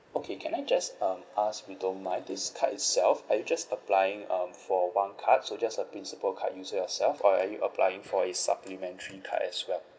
okay can I just um ask if you don't mind this card itself are you just applying um for one card so just a principal card user yourself or are you applying for its supplementary card as well